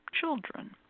children